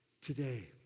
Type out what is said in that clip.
today